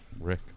rick